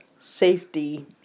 safety